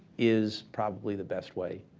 is probably the best way